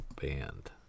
band